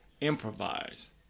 improvise